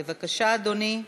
בבקשה, אדוני.